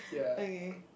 okay